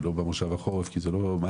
לא במושב החורף כי זה לא מעשי,